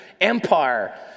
empire